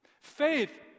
Faith